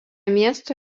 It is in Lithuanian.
miesto